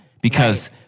because-